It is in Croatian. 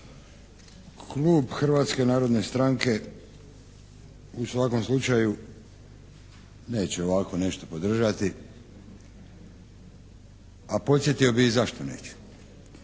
Klub Hrvatske narodne stranke u svakom slučaju neće ovako nešto podržati, a podsjetio bih i zašto neće.